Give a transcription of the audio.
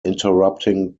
interrupting